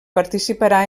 participarà